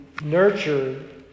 nurture